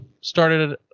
started